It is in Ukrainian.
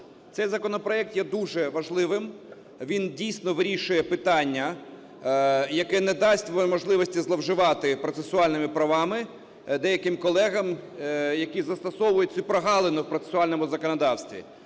Цей законопроект є дуже важливим, він дійсно вирішує питання, яке не дасть можливості зловживати процесуальними правами деяким колегам, які застосовують цю прогалину в процесуальному законодавстві.